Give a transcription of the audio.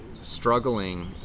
struggling